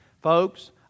Folks